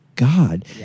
god